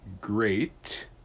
Great